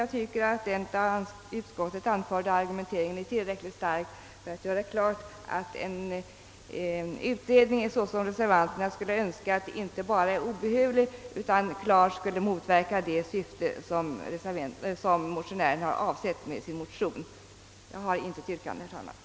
Jag tycker att den av utskottet anförda argumenteringen är tillräckligt stark för att klargöra, att en utredning i enlighet med reservanternas önskemål inte bara är obehövlig utan även att den klart skulle motverka de syften som motionärerna avsett med sin motion. Jag har, herr talman, intet yrkande.